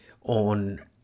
on